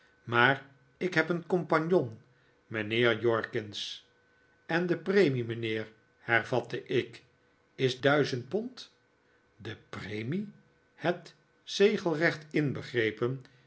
maar ik heb een compagnon mijnheer jorkins en de premie mijnheer hervatte ik is duizend pond de premie het zegelrecht inbegrepen